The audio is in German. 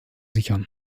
sichern